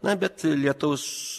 na bet lietaus